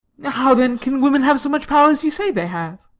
how then can women have so much power as you say they have?